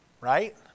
Right